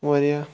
واریاہ